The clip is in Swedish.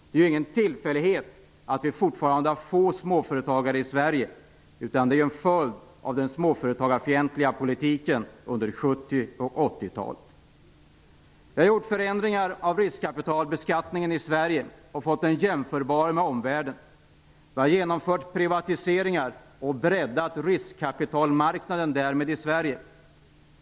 Det är ingen tillfällighet att vi fortfarande har få småföretagare i Sverige. I stället är det en följd av den småföretagarfientliga politiken under 70 och 80 Vi har gjort förändringar i riskkapitalbeskattningen i Sverige och fått den jämförbar med omvärldens. Vi har genomfört privatiseringar och därmed breddat riskkapitalmarknaden i Sverige.